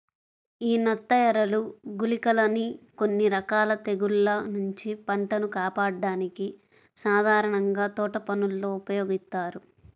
యీ నత్తఎరలు, గుళికలని కొన్ని రకాల తెగుల్ల నుంచి పంటను కాపాడ్డానికి సాధారణంగా తోటపనుల్లో ఉపయోగిత్తారు